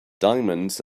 diamonds